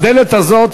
הדלת הזאת,